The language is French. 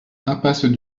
impasse